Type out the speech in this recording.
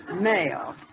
Male